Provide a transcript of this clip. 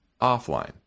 offline